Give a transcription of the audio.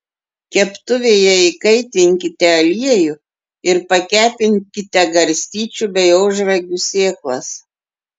keptuvėje įkaitinkite aliejų ir pakepinkite garstyčių bei ožragių sėklas